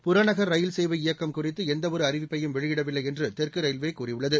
புறநகர் ரயில் சேவை இயக்கம் குறித்து எந்தவொரு அறிவிப்பையும் வெளியிடவில்லை என்று தெற்கு ரயில்வே கூறியுள்ளது